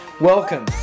Welcome